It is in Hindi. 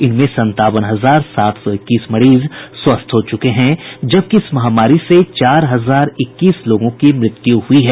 इनमें संतावन हजार सात सौ इक्कीस मरीज स्वस्थ हो चुके हैं जबकि इस महामारी से चार हजार इक्कीस लोगों की मृत्यु हुई है